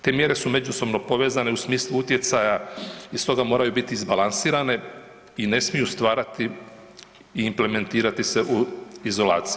Te mjere su međusobno povezane u smislu utjecaja i stoga moraju biti izbalansirane i ne smiju stvarati i implementirati se u izolaciji.